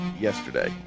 yesterday